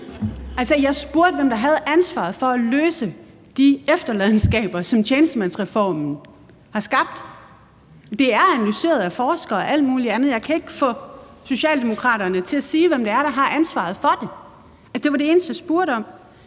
jeg spurgte, hvem der havde ansvaret for at løse udfordringerne med de efterladenskaber, som tjenestemandsreformen har skabt. Det er analyseret af forskere og alle mulige andre, men jeg kan ikke få Socialdemokraterne til at sige, hvem det er, der har ansvaret for det. Det var det eneste, jeg spurgte om.